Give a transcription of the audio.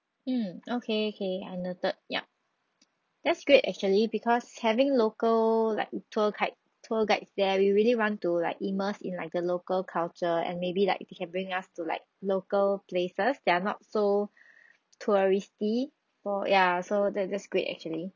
mm okay okay I understood yup that's great actually because having local like tour guide tour guides there we really want to like immerse in like a local culture and maybe like if you can bring us to like local places that are not so touristy for ya so that that's great actually